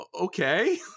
okay